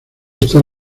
están